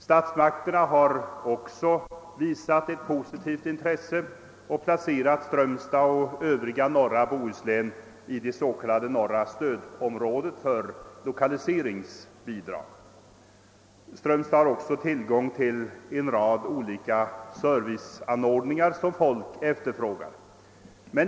Statsmakterna har också visat ett positivt intresse och placerat Strömstad och återstoden av norra Bohuslän i det s.k. norra stödområdet för lokaliseringsbidrag. Strömstad har också tillgång till en rad olika serviceanordningar som folk efterfrågar.